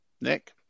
Nick